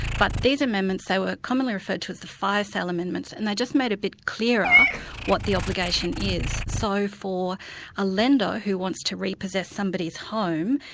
but these amendments, they were commonly referred to as the fire sale amendments, and they just made a bit clearer what the obligation is. so for a lender who wants to repossess somebody's home,